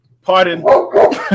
pardon